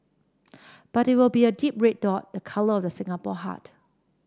but it will be a deep red dot the colour of the Singapore heart